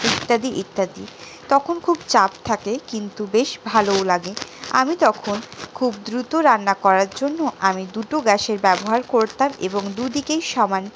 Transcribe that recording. ইত্যাদি ইত্যাদি তখন খুব চাপ থাকে কিন্তু বেশ ভালোও লাগে আমি তখন খুব দ্রুত রান্না করার জন্য আমি দুটো গ্যাসের ব্যবহার করতাম এবং দুদিকেই সমান